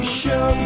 show